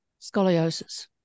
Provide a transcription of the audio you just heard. scoliosis